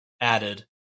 added